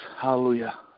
hallelujah